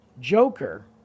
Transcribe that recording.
Joker